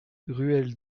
ruelle